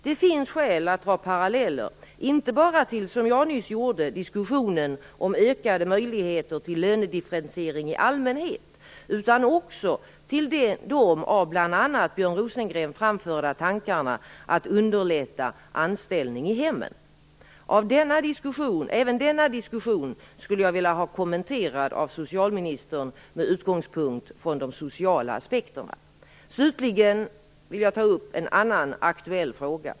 Det finns skäl att dra paralleller inte bara till, som jag nyss gjorde, diskussionen om ökade möjligheter till lönedifferentiering i allmänhet utan också till de av bl.a. Björn Rosengren framförda tankarna att underlätta anställning i hemmen. Även denna diskussion skulle jag vilja ha kommenterad av socialministern med utgångspunkt från de sociala aspekterna. Slutligen vill jag ta upp en annan aktuell fråga.